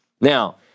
Now